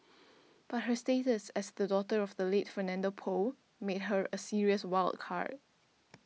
but her status as the daughter of the late Fernando Poe makes her a serious wild card